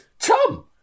Tom